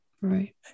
Right